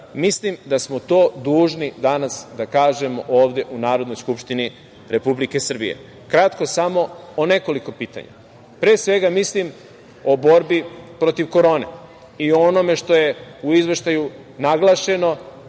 Mislim da smo to dužni danas da kažemo ovde u Narodnoj Skupštini Republike Srbije. Kratko samo o nekoliko pitanja. Pre svega mislim o borbi protiv korone i o onome što je u Izveštaju naglašeno